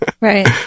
Right